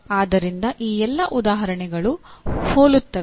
ಆದ್ದರಿಂದ ಈ ಎಲ್ಲಾ ಉದಾಹರಣೆಗಳು ಹೋಲುತ್ತವೆ